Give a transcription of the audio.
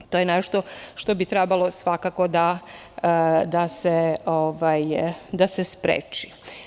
To je nešto što bi trebalo svakako da se spreči.